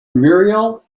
muriel